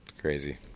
Crazy